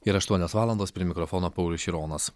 ir aštuonios valandos prie mikrofono paulius šironas